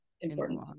important